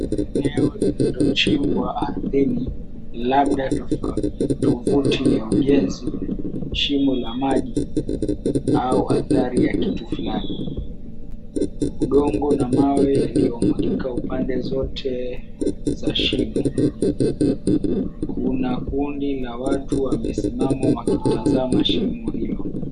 Eneo lililochimbwa ardhini labda tovuti ya ujenzi, shimo la maji au adhari ya kitu fulani. Udongo na mawe yaliyomwagika pande zote za shimo. Kuna kundi la watu wamesimama wakitazama shimo hilo.